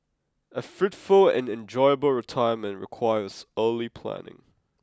a fruitful and enjoyable retirement requires early planning